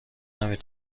نمی